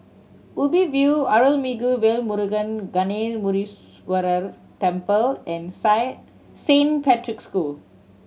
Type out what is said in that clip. Ubi View Arulmigu Velmurugan Gnanamuneeswarar Temple and Saint Patrick's School